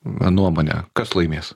nuomone kas laimės